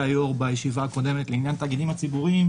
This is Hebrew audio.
היו"ר בישיבה הקודמת לעניין התאגידים הציבוריים,